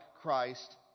Christ